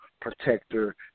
protector